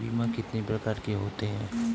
बीमा कितनी प्रकार के होते हैं?